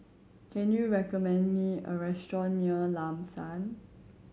can you recommend me a restaurant near Lam San